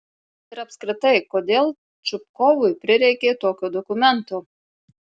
ir apskritai kodėl čupkovui prireikė tokio dokumento